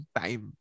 time